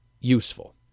useful